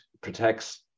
protects